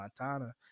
Montana